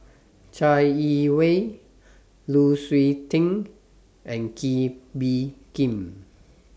Chai Yee Wei Lu Suitin and Kee Bee Khim